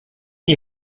nie